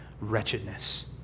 wretchedness